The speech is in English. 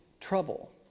trouble